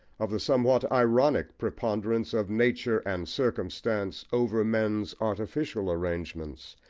of the somewhat ironic preponderance of nature and circumstance over men's artificial arrangements,